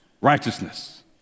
righteousness